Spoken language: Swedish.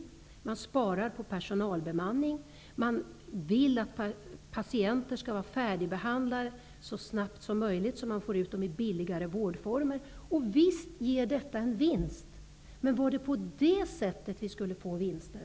Man sparar in på bemanningen. Man vill att patienter skall vara färdigbehandlade så snabbt som möjligt så att man får ut dem i billigare vårdformer. Visst ger detta en vinst, men var det på det sättet vi skulle få vinster?